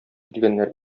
килгәннәр